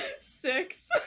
Six